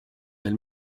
elle